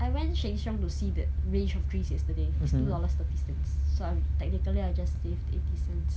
I went sheng siong to see that range of drinks yesterday it's two dollars thirty cents so I technically I just saved eighty cents